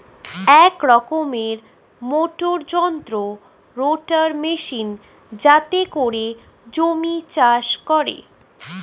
এক রকমের মোটর যন্ত্র রোটার মেশিন যাতে করে জমি চাষ করে